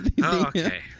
okay